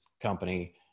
company